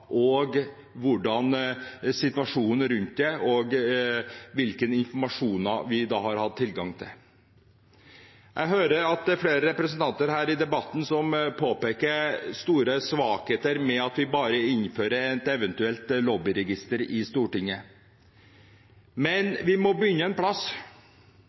hvordan situasjonen rundt det var, og hvilken informasjon vi har hatt tilgang til. Jeg hører at det er flere representanter i denne debatten som påpeker store svakheter ved at vi eventuelt innfører et lobbyregister bare i Stortinget,